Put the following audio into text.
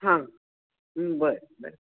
हां बरं बरं